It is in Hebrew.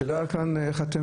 השאלה היא איך אתם